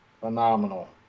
Phenomenal